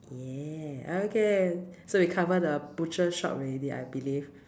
yeah okay so we cover the butcher shop already I believe